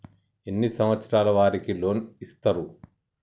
ఎన్ని సంవత్సరాల వారికి లోన్ ఇస్తరు?